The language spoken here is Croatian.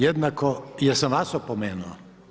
Jednako, jesam vas opomenuo?